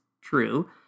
true